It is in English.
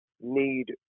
need